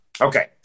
Okay